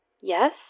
Yes